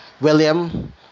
William